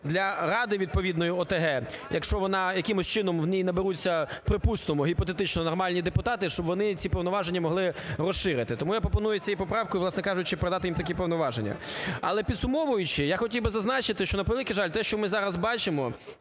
для ради відповідної ОТГ, якщо вона якимось чином у ній наберуться, припустимо, гіпотетично, нормальні депутати, щоб вони ці повноваження могли розширити. Тому я пропоную цією поправкою, власне кажучи, продати їм такі повноваження. Але підсумовуючи, я хотів би зазначити, що, на превеликий жаль, те, що ми зараз бачимо